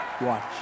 Watch